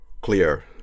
clear